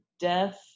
death